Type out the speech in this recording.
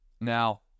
Now